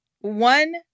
one